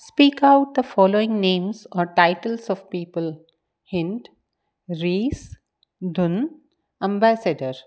speak out the following names or titles of people hint Reese धुन ambassador